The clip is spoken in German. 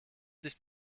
sich